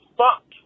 fuck